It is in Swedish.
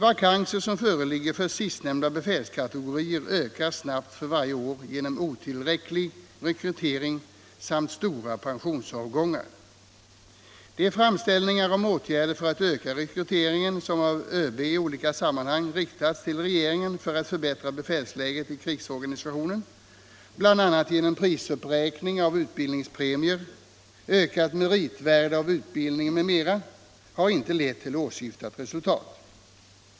Antalet vakanser inom sistnämnda befälskategorier ökar snabbt för varje år på grund av otillräcklig rekrytering samt stora pensionsavgångar. De framställningar om åtgärder för att öka rekryteringen som av ÖB i olika sammanhang riktats till regeringen för att förbättra befälsläget i krigsorganisationen, bl.a. genom prisuppräkning av utbildningspremier och ökat meritvärde av utbildningen, har inte lett till åsyftat resultat.